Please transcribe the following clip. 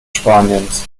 spaniens